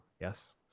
yes